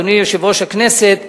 אדוני יושב-ראש הכנסת,